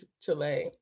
Chile